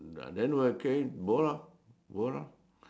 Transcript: then will case bo lor bo lor